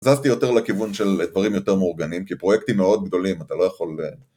עזבתי יותר לכיוון של דברים יותר מאורגנים כי פרויקטים מאוד גדולים אתה לא יכול